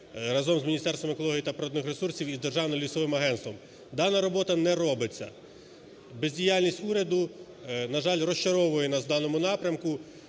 разом з Міністерство екології та природних ресурсів і з Державним лісовим агентством. Дана робота не робиться. Бездіяльність уряду, на жаль, розчаровує нас в даному напрямку.